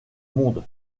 monde